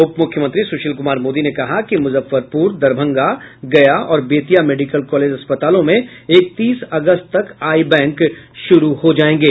उपमुख्यमंत्री सुशील कुमार मोदी ने कहा कि मुजफ्फरपुर दरभंगा गया और बेतिया मेडिकल कॉलेज अस्पतालों में इकतीस अगस्त तक आई बैंक शुरू हो जायेंगे